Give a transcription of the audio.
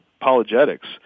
apologetics